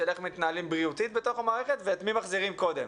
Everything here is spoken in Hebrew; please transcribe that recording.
של איך מתנהלים בריאותית בתוך המערכת ואת מי מחזירים קודם.